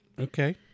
Okay